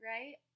Right